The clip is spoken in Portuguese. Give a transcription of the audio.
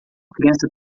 criança